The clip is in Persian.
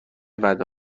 وعده